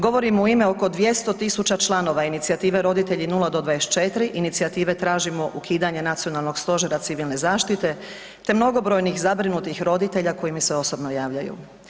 Govorim u ime oko 200.000 članova inicijative „Roditelji 0 do 24“ inicijative tražimo ukidanje Nacionalnog stožera Civilne zaštite te mnogobrojnih zabrinutih roditelja koji mi se osobno javljaju.